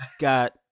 got